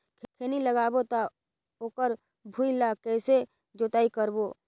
खैनी लगाबो ता ओकर भुईं ला कइसे जोताई करबो?